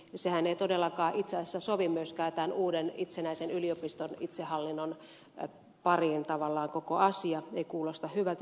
sehän ei todellakaan itse asiassa sovi myöskään tämän uuden itsenäisen yliopiston itsehallinnon pariin tavallaan koko asia ei kuulosta hyvältä siinä mielessä